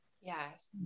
Yes